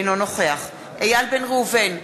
אינו נוכח איל בן ראובן,